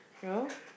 you know